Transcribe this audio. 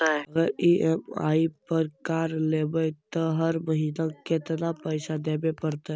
अगर ई.एम.आई पर कार लेबै त हर महिना केतना पैसा देबे पड़तै?